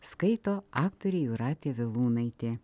skaito aktorė jūratė vilūnaitė